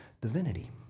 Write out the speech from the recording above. divinity